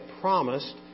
promised